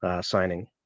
signing